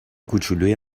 کوچولوی